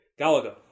Galaga